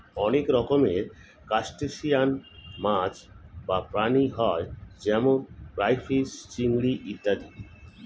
অনেক রকমের ক্রাস্টেশিয়ান মাছ বা প্রাণী হয় যেমন ক্রাইফিস, চিংড়ি ইত্যাদি